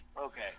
Okay